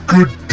Good